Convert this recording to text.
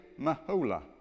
Mahola